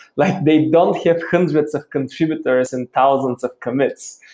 like they don't have hundreds of contributors and thousands of commits.